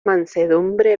mansedumbre